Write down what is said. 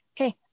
Okay